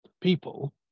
people